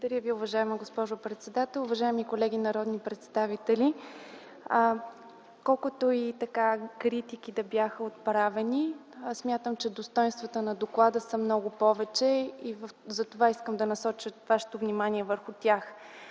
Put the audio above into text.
Благодаря Ви, уважаема госпожо председател. Уважаеми колеги народни представители! Колкото и критики да бяха отправени, смятам, че достойнствата на доклада са много повече и затова искам да насоча вашето внимание върху тях.